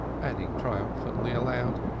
adding triumphantly aloud,